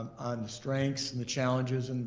on strengths and the challenges, and